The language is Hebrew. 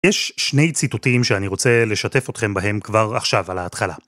יש שני ציטוטים שאני רוצה לשתף אתכם בהם כבר עכשיו על ההתחלה.